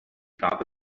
gabe